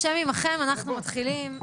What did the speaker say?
כמו מערכת הבריאות,